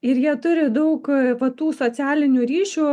ir jie turi daug va tų socialinių ryšių